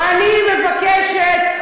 אני מבקשת,